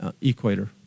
equator